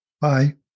Bye